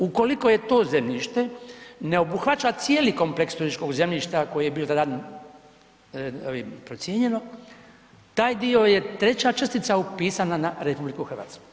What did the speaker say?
Ukoliko je to zemljište ne obuhvaća cijeli kompleks turističkog zemljišta koje je bilo tada procijenjeno, taj dio je treća čestica upisana na RH.